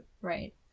Right